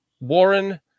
Warren